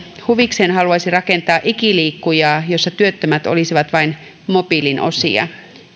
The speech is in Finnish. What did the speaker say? huvikseen haluaisi rakentaa ikiliikkujaa jossa työttömät olisivat vain mobiilin osia